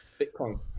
bitcoin